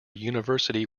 university